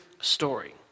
story